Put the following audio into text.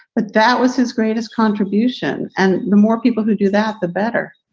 but that was his greatest contribution. and the more people who do that, the better